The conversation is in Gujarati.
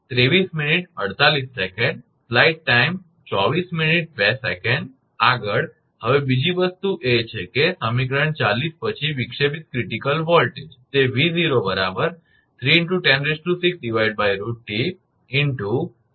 આગળ હવે બીજી વસ્તુ એ છે કે સમીકરણ 40 પછી વિક્ષેપિત ક્રિટીકલ વોલ્ટેજ તે 𝑉0 3×106√2𝑟𝛿𝑚0ln𝐷𝑒𝑞𝑟 𝑉𝑜𝑙𝑡𝑠 છે